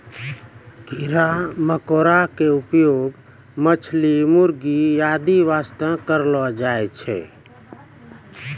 कीड़ा मकोड़ा के उपयोग मछली, मुर्गी आदि वास्तॅ करलो जाय छै